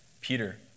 Peter